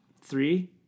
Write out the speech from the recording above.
three